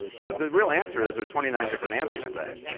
so the real answer is, there's twenty nine different answers to that.